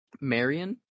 Marion